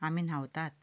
आमी न्हांवतात